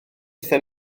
aethon